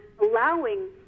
allowing